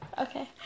Okay